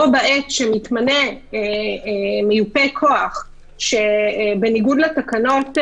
בה בעת שמתמנה מיופה כוח בניגוד לתקנות,